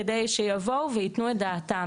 כדי שיבואו וייתנו את דעתם.